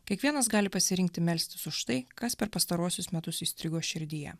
kiekvienas gali pasirinkti melstis už tai kas per pastaruosius metus įstrigo širdyje